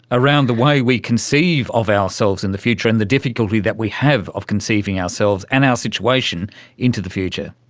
around the way we conceive of ourselves in the future and the difficulty that we have of conceiving ourselves and our situation into the future.